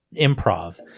improv